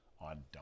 on